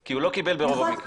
כי הוא לא קיבל ברוב המקרים.